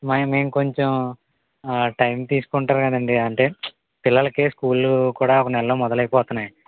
మేము కొంచెం టైం తీసుకుంటారు కదండి అంటే పిల్లలకే స్కూల్లు కూడా నెలలో మొదలైపోతున్నాయి